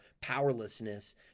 powerlessness